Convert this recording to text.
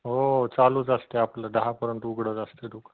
हो हो चालूच असतंय आपलं दहापर्यंत उघडंच असते दुकान